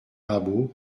rabault